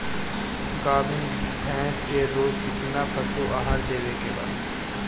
गाभीन भैंस के रोज कितना पशु आहार देवे के बा?